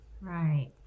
Right